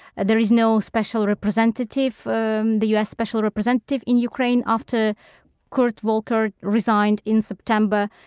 there is no special representative, um the us special representative in ukraine after kurt volker resigned in september.